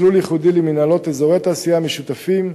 במסלול ייחודי למינהלות אזורי תעשייה משותפים,